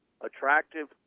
attractive